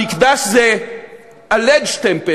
המקדש זה ה-alleged Temple,